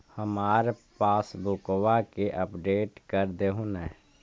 हमार पासबुकवा के अपडेट कर देहु ने?